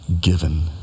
given